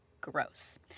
gross